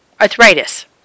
Arthritis